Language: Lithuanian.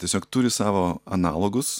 tiesiog turi savo analogus